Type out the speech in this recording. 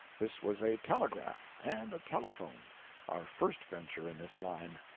this was a telegraph and a telephone our first venture in this line.